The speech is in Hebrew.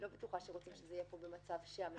אני לא בטוחה שרוצים שזה יהיה פה במצב של מסורבת.